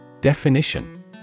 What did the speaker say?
Definition